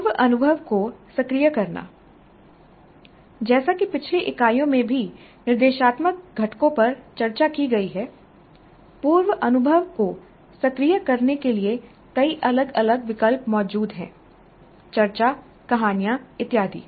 पूर्व अनुभव को सक्रिय करना जैसा कि पिछली इकाइयों में भी निर्देशात्मक घटकों पर चर्चा की गई है पूर्व अनुभव को सक्रिय करने के लिए कई अलग अलग विकल्प मौजूद हैं चर्चा कहानियां इत्यादि